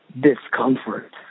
discomfort